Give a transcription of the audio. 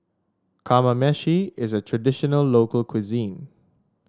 kamameshi is a traditional local cuisine